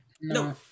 No